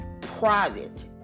private